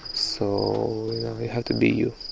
so have to be you,